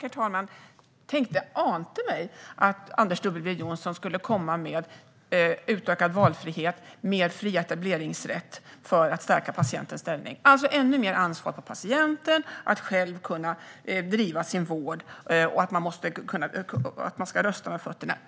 Herr talman! Det ante mig att Anders W Jonsson skulle komma med utökad valfrihet med fri etableringsrätt för att stärka patientens ställning. Det lägger ännu mer ansvar på patienten att själv kunna bedriva sin vård, och det innebär att man ska rösta med fötterna.